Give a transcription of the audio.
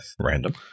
random